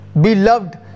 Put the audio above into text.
Beloved